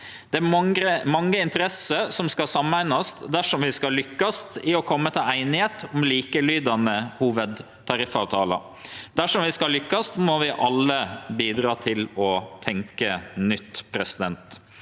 Det er mange interesser som skal sameinast dersom vi skal lukkast i å kome til einigheit om likelydande hovudtariffavtalar. Dersom vi skal lukkast, må vi alle bidra til å tenkje nytt.